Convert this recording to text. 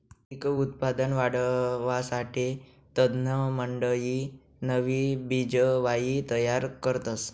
पिक उत्पादन वाढावासाठे तज्ञमंडयी नवी बिजवाई तयार करतस